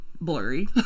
blurry